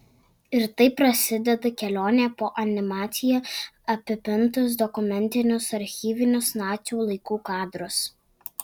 ir taip prasideda kelionė po animacija apipintus dokumentinius archyvinius nacių laikų kadrus